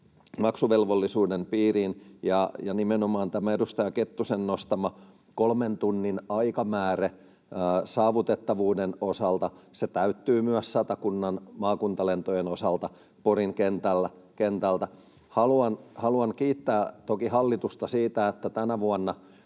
maksuvelvollisuuden piiriin. Ja nimenomaan tämä edustaja Kettusen nostama kolmen tunnin aikamääre saavutettavuuden osalta täyttyy myös Satakunnan maakuntalentojen osalta Porin kentältä. Haluan kiittää toki hallitusta siitä, että tänä vuonna